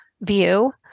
view